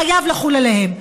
חייב לחול עליהם.